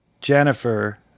Jennifer